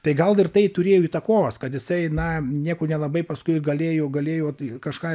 tai gal ir tai turėjo įtakos kad jisai na nieko nelabai paskui galėjo galėjo kažką